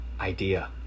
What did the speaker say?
idea